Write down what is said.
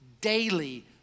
daily